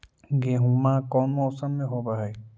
गेहूमा कौन मौसम में होब है?